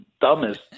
dumbest